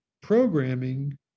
programming